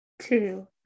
two